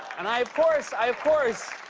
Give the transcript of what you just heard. and i, of course i, of course